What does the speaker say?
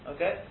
Okay